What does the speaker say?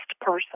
person